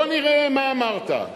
בוא נראה מה אמרת.